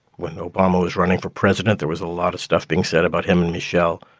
when obama was running for president, there was a lot of stuff being said about him and michelle,